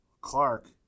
Clark